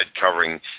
covering